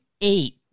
eight